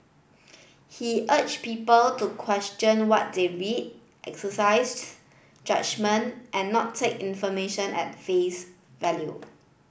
he urge people to question what they read exercises judgement and not take information at face value